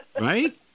Right